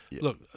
look